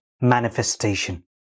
manifestation